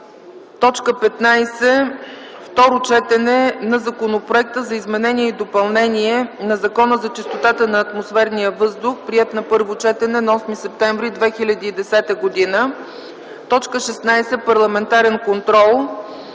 15. Второ четене на Законопроекта за изменение и допълнение на Закона за чистотата на атмосферния въздух, приет на първо четене на 8 септември 2010 г. 16. Парламентарен контрол,